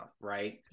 right